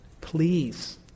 please